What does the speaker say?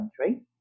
country